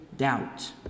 doubt